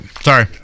Sorry